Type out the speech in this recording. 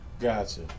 Gotcha